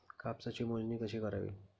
कापसाची मोजणी कशी करावी?